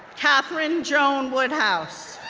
catherine joan woodhouse,